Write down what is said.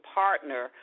partner